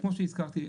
כמו שהזכרתי,